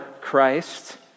Christ